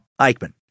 Eichmann